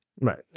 Right